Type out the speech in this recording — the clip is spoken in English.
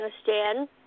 Afghanistan